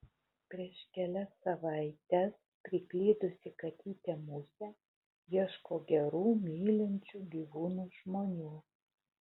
prieš kelias savaites priklydusi katytė musė ieško gerų mylinčių gyvūnus žmonių